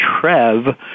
Trev